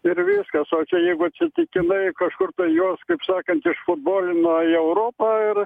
ir viskas o čia jeigu atsitiktinai kažkur tą jos kaip sakant išfutbolino į europą ir